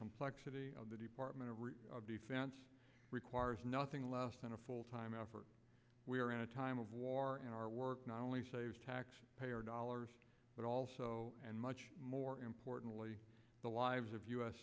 complexity of the department of defense requires nothing less than a full time effort we are in a time of war and our work not only saves tax payer dollars but also and much more importantly the lives of u